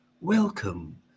welcome